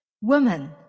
Woman